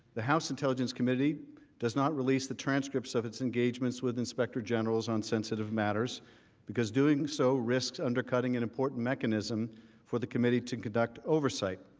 the house intelligence committee does not release the transcripts of its engagements with the inspector general on sensitive matters because doing so risks undercutting an important mechanism for the committee to conduct oversight.